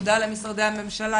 תודה למשרדי הממשלה.